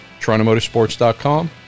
torontomotorsports.com